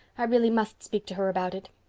i really must speak to her about it.